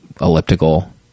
elliptical